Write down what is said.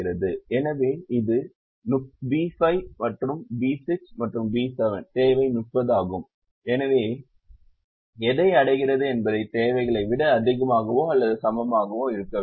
எனவே இது B5 B6 B7 தேவை 30 ஆகும் எனவே எதை அடைகிறது என்பது தேவைகளை விட அதிகமாகவோ அல்லது சமமாகவோ இருக்க வேண்டும்